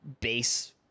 base